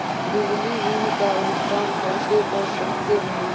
बिजली बिल का भुगतान कैसे कर सकते है?